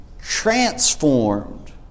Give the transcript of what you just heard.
transformed